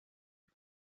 iba